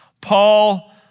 Paul